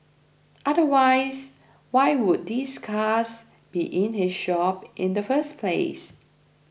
otherwise why would these cars be in his shop in the first place